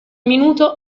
minuto